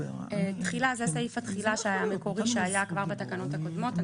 תחילה זהו סעיף התחילה המקורי שהיה גם בתקנות הקודמות.